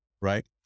right